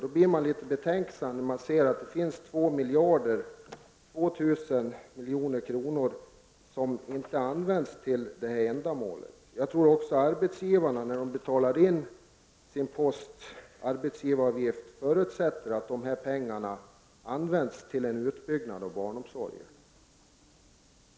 Man blir då litet betänksam när man ser att det finns 2 miljarder kronor som inte används för det här ändamålet. Jag tror också att arbetsgivarna när de betalar in sin arbetsgivaravgift, förutsätter att pengarna används till en utbyggnad av barnomsorgen.